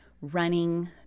running